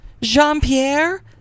Jean-Pierre